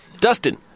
Dustin